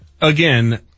Again